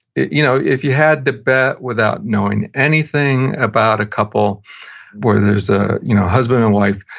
you know if you had to bet without knowing anything about a couple where there's a you know husband and wife,